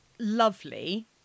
Lovely